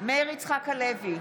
מאיר יצחק הלוי,